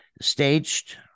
staged